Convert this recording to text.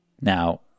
Now